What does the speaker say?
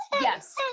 yes